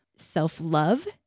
Self-love